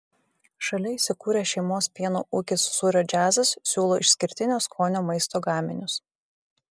šalia įsikūrę šeimos pieno ūkis sūrio džiazas siūlo išskirtinio skonio maisto gaminius